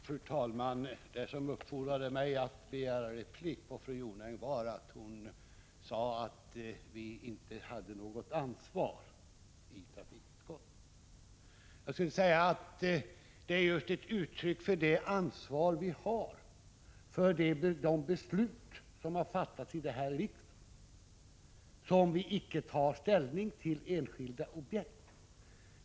Fru talman! Det som uppfordrade mig att begära replik på fru Jonäng var att hon sade att vi inte tog ansvar i trafikutskottet. Jag skulle vilja säga att det just är ett uttryck för det ansvar som vi tar för de beslut som fattats i riksdagen att vi icke tar ställning till enskilda objekt.